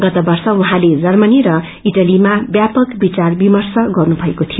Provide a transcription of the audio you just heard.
गत वर्ष उहाँले जर्मनी र इटलीमा ब्यापक विचार विमर्श गर्नु भएको थियो